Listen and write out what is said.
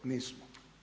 Nismo.